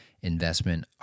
investment